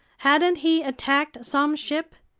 hadn't he attacked some ship?